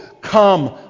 come